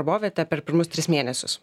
darbovietę per pirmus tris mėnesius